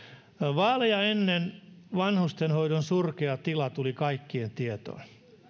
vaaleja ennen vanhustenhoidon surkea tila tuli kaikkien tietoon